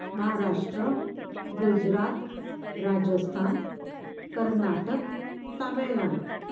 Maharashtra Gujarat Rajasthan Karnataka Tamil Nadu